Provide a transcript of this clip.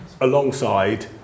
alongside